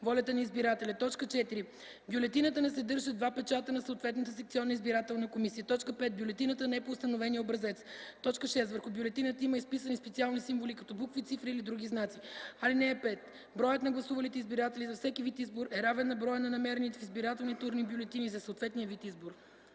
волята на избирателя; 4. бюлетината не съдържа два печата на съответната секционна избирателна комисия; 5. бюлетината не е по установения образец; 6. върху бюлетината има изписани специални символи като букви, цифри или други знаци. (5) Броят на гласувалите избиратели за всеки вид избор е равен на броя на намерените в избирателните урни бюлетини за съответния вид избор.”